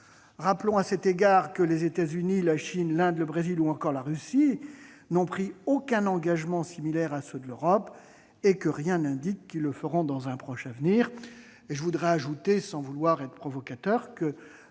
Rappelons à cet égard que les États-Unis, la Chine, l'Inde, le Brésil ou encore la Russie n'ont pris aucun engagement similaire à ceux de l'Europe, et que rien n'indique qu'ils le feront dans un proche avenir. J'ajoute, sans vouloir être provocateur, que